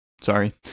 Sorry